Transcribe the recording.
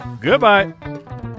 Goodbye